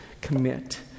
commit